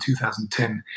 2010